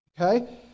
Okay